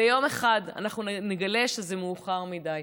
יום אחד אנחנו נגלה שזה מאוחר מדי.